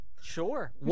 Sure